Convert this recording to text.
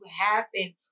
happen